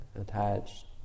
attached